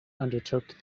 undertook